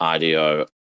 Ido